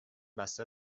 بسته